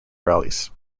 rallies